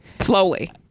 Slowly